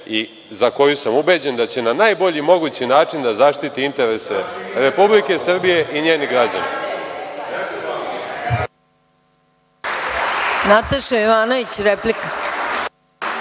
za koju sam ubeđen da će na najbolji mogući način da zaštiti interese Republike Srbije i njenih građana.